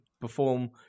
perform